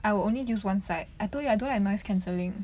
I will only use one side I told you I don't like noise cancelling